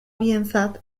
bientzat